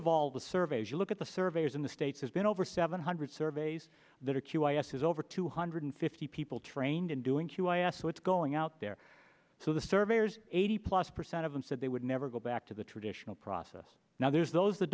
of all the surveys you look at the surveys in the states has been over seven hundred surveys that are q o s has over two hundred fifty people trained in doing q i asked what's going out there so the surveyors eighty plus percent of them said they would never go back to the traditional process now there's those that